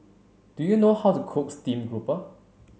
do you know how to cook steamed grouper